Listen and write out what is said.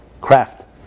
craft